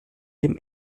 dem